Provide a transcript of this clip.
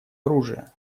оружия